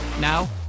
now